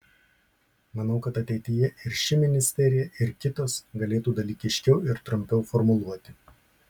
manau kad ateityje ir ši ministerija ir kitos galėtų dalykiškiau ir trumpiau formuluoti